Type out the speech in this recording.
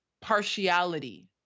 partiality